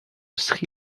sri